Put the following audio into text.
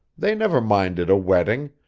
they never minded a wetting,